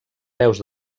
peus